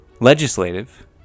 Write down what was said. Legislative